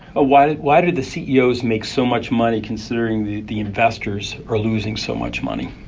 ah why do why do the ceos make so much money considering the the investors are losing so much money?